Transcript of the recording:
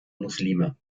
muslime